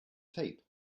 tape